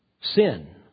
sin